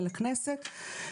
אל הכנסת,